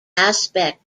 aspect